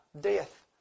death